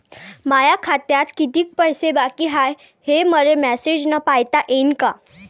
माया खात्यात कितीक पैसे बाकी हाय, हे मले मॅसेजन पायता येईन का?